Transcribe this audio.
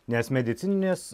nes medicininės